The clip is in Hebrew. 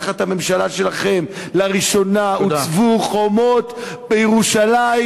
תחת הממשלה שלכם לראשונה הוצבו חומות בירושלים,